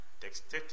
Text